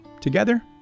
Together